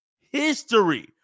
history